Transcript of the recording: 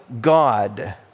God